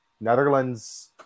Netherlands